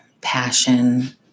passion